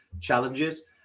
challenges